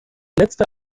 letzte